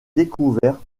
découvertes